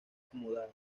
acomodada